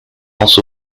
also